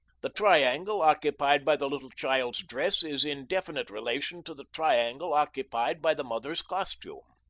the triangle occupied by the little child's dress is in definite relation to the triangle occupied by the mother's costume.